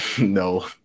No